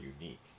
unique